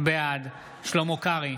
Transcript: בעד שלמה קרעי,